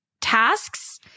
tasks